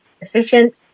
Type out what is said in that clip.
efficient